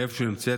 היכן שהיא נמצאת,